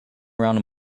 around